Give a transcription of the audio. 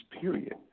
period